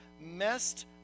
messed